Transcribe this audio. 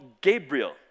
Gabriel